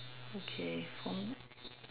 okay for me